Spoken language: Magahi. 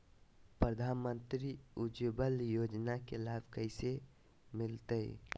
प्रधानमंत्री उज्वला योजना के लाभ कैसे मैलतैय?